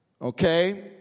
Okay